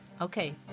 Okay